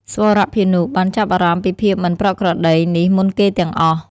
ស្វរភានុបានចាប់អារម្មណ៍ពីភាពមិនប្រក្រតីនេះមុនគេទាំងអស់។